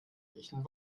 gleichen